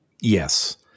Yes